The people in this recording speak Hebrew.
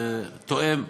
זה תואם,